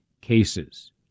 cases